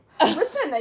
Listen